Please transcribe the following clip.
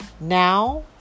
Now